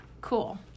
Cool